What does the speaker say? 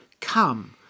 Come